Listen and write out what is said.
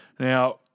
Now